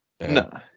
No